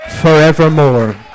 forevermore